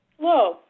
Hello